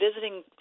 visiting